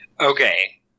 Okay